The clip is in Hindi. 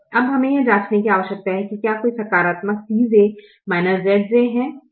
अब हमें यह जाँचने की आवश्यकता है कि क्या कोई सकारात्मक Cj Zj है